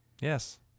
Yes